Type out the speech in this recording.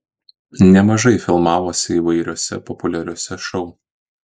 nemažai filmavosi įvairiuose populiariuose šou